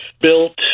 built